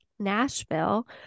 Nashville